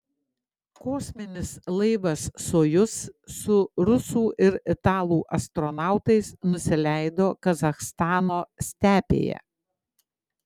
kosminis laivas sojuz su rusų ir italų astronautais nusileido kazachstano stepėje